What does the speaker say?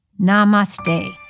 Namaste